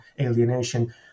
alienation